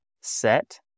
set